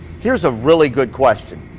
here's a really good question.